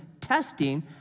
testing